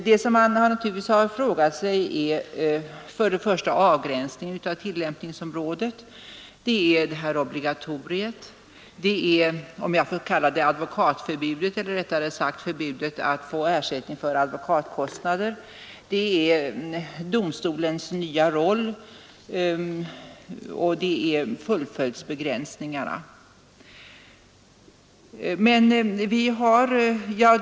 Vad vi har ställt oss frågande till är avgränsningen av tillämpningsområdet, obligatoriet, förbudet mot ersättning för advokatkostnader, domstolens nya roll och fullföljdsbegränsningen.